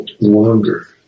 longer